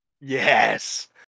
Yes